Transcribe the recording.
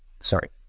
sorry